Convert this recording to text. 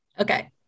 okay